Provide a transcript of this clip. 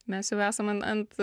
mes jau esam ant